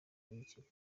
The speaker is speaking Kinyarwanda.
n’ikigo